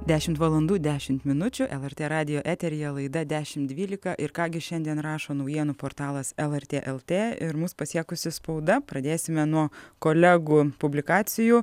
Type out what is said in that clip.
dešimt valandų dešimt minučių lrt radijo eteryje laida dešimt dvylika ir ką gi šiandien rašo naujienų portalas lrt lt ir mus pasiekusi spauda pradėsime nuo kolegų publikacijų